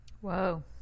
Whoa